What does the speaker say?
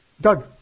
Doug